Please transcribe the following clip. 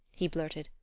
he blurted.